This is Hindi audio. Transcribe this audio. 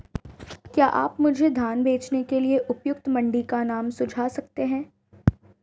क्या आप मुझे धान बेचने के लिए उपयुक्त मंडी का नाम सूझा सकते हैं?